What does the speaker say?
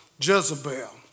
Jezebel